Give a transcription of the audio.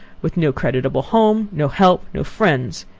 with no creditable home, no help, no friends,